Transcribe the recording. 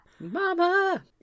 Mama